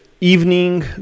evening